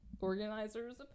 organizers